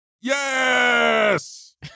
Yes